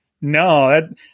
no